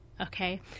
Okay